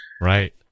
Right